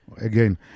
Again